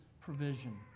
provision